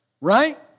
right